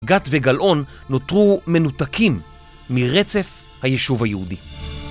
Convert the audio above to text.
גת וגלעון נותרו מנותקים מרצף היישוב היהודי.